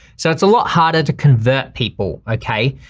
so it's a lot harder to convert people, okay.